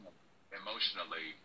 emotionally